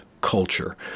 culture